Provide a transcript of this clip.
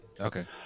Okay